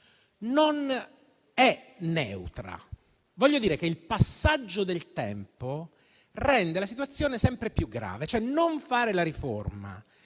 non è neutra. Voglio dire che il passaggio del tempo rende la situazione sempre più grave: non fare la riforma